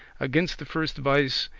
against the first vice,